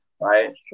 Right